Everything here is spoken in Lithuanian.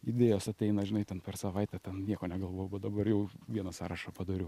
idėjos ateina žinai ten per savaitę ten nieko negalvojau bet dabar jau vieną sąrašą padariau